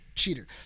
cheater